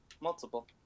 multiple